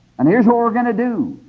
and here's what we're going to do.